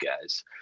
guys